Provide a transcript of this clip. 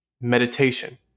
Meditation